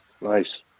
nice